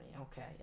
Okay